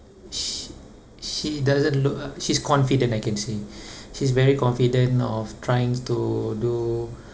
sh~ she doesn't look uh she's confident I can say she's very confident of trying to do